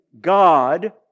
God